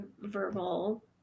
verbal